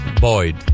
Boyd